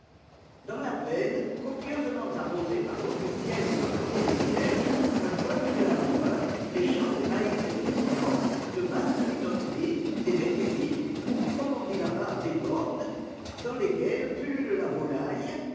dans la plaine copieusement arrosée par l'eau du ciel et par l'eau des rivières un peuple de laboureurs des champs de maïs et de froment de vastes minoteries des métairies ou comme on dit là-bas des bordes dans lesquelles pullule la volaille